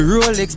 Rolex